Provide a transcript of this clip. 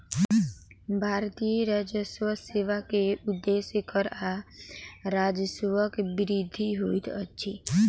भारतीय राजस्व सेवा के उदेश्य कर आ राजस्वक वृद्धि होइत अछि